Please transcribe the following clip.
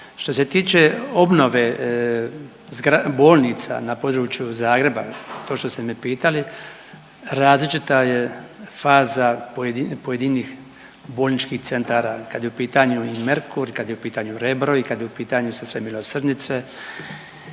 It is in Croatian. .../nerazumljivo/... bolnica na području Zagreba, to što ste me pitali, različita je faza pojedinih bolničkih centara kad je u pitanju i Merkur, kad je u pitanju Rebro i kad je u pitanju Sestre Milosrdnice